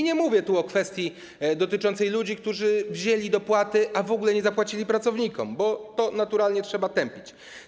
Nie mówię tu o kwestii dotyczącej ludzi, którzy wzięli dopłaty, a w ogóle nie zapłacili pracownikom, bo to naturalnie trzeba tępić.